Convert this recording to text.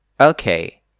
Okay